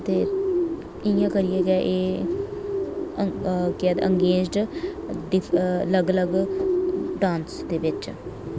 ते इं'या करियै गै एह् केह् आखदे अंगेज्ड अलग अलग डांस दे बिच